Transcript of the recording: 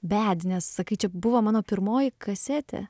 bednes sakai čia buvo mano pirmoji kasetė